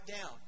down